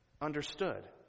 understood